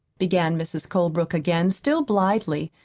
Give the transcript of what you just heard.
began mrs. colebrook again, still blithely,